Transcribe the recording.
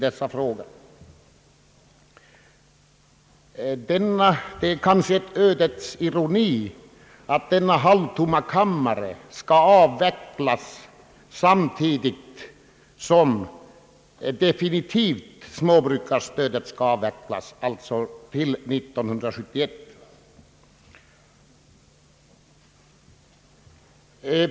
Det är kanske en ödets ironi att denna halvtomma kammare skall avvecklas samtidigt som småbrukarstödet definitivt kommer att avvecklas, alltså till 1971.